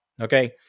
Okay